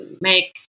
make